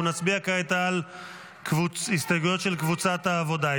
אנחנו נצביע כעת על הסתייגות של קבוצת העבודה.